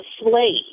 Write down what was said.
Slave